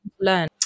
learn